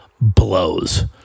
blows